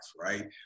right